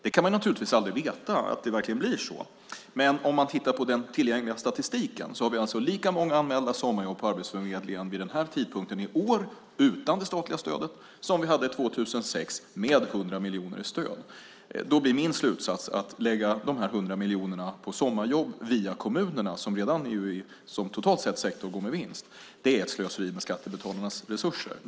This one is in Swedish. Man kan naturligtvis aldrig veta att det verkligen blir så, men om man tittar på den tillgängliga statistiken ser man att vi har lika många anmälda sommarjobb på Arbetsförmedlingen vid den här tidpunkten i år utan det statliga stödet som vi hade 2006 med 100 miljoner i stöd. Då blir min slutsats att det är slöseri med skattebetalarnas pengar att lägga de här 100 miljonerna på sommarjobb via kommunerna, en sektor som totalt sett går med vinst. Det är slöseri med skattebetalarnas resurser.